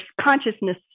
consciousness